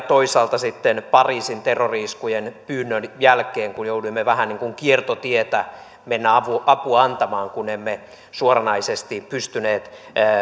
toisaalta sitten pariisin terrori iskujen pyynnön jälkeen kun jouduimme vähän niin kuin kiertotietä menemään apua antamaan kun emme suoranaisesti pystyneet